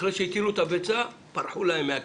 אחרי שהטילו את הביצה, פרחו להם מהקן.